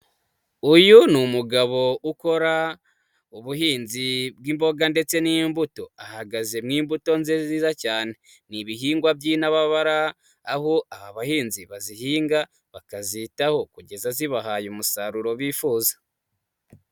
Uyu ni umugabo ukora ubuhinzi bw'imboga ndetse n'imbuto, ahagaze mu imbuto ze nziza cyane, ni ibihingwa by'inababara, aho aba bahinzi bazihinga, bakazitaho kugeza zibahaye umusaruro bifuza.